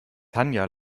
tanja